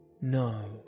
No